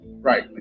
right